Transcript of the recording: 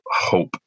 hope